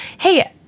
hey